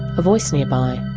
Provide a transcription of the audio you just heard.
a voice nearby.